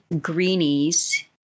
greenies